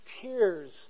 tears